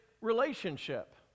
relationship